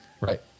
Right